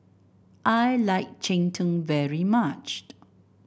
I like Cheng Tng very much